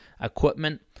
equipment